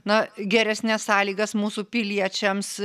na geresnes sąlygas mūsų piliečiams